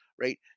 right